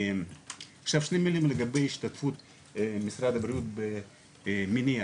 שתי מילים לגבי השתתפות משרד הבריאות במניעה,